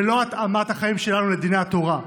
ולא התאמת החיים שלנו לדיני התורה.